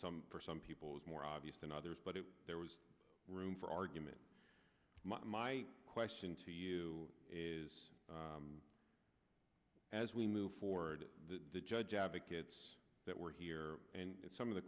some for some people was more obvious than others but if there was room for argument my question to you is as we move forward the judge advocates that were here and some of the